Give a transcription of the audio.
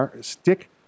stick